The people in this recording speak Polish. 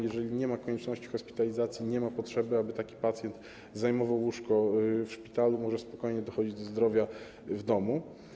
Jeżeli nie ma konieczności hospitalizacji, to nie ma potrzeby, aby taki pacjent zajmował łóżko w szpitalu, może on spokojnie dochodzić do zdrowia w domu.